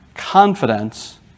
confidence